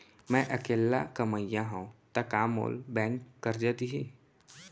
मैं अकेल्ला कमईया हव त का मोल बैंक करजा दिही?